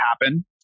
happen